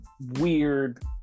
weird